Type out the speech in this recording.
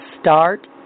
start